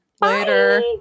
later